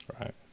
Right